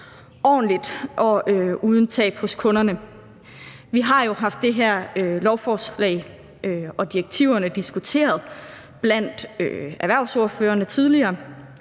ordentligt og uden tab hos kunderne. Vi har jo tidligere haft det her lovforslag og direktiverne diskuteret blandt erhvervsordførerne, og jeg